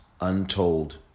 untold